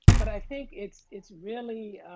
but i think it's it's really